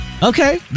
Okay